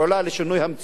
לשינוי המציאות הזאת.